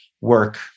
work